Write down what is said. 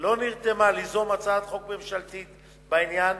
לא נרתמה ליזום הצעת חוק ממשלתית בעניין,